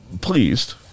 pleased